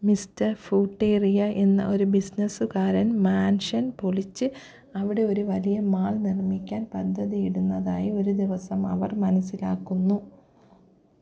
mister ഫൂട്ടേറിയ എന്ന ഒരു ബിസിനസ്സുകാരൻ മാൻഷൻ പൊളിച്ച് അവിടെ ഒരു വലിയ മാൾ നിർമ്മിക്കാൻ പദ്ധതിയിടുന്നതായി ഒരു ദിവസം അവർ മനസ്സിലാക്കുന്നു